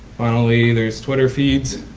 finally, there's twitter feeds